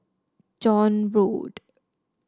John Road